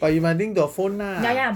but you must link to your phone ah